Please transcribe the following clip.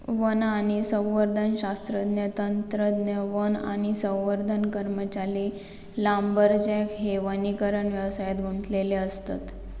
one आणि संवर्धन शास्त्रज्ञ, तंत्रज्ञ, वन आणि संवर्धन कर्मचारी, लांबरजॅक हे वनीकरण व्यवसायात गुंतलेले असत